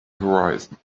horizon